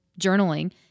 journaling